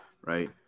right